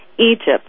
Egypt